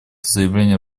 заявление